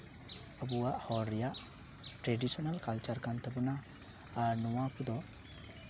ᱟᱵᱚᱣᱟᱜ ᱦᱚᱲ ᱨᱮᱭᱟᱜ ᱴᱨᱮᱰᱤᱥᱚᱱᱟᱞ ᱠᱟᱞᱪᱟᱨ ᱠᱟᱱ ᱛᱟᱵᱚᱱᱟ ᱟᱨ ᱱᱚᱣᱟ ᱠᱚᱫᱚ